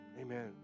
Amen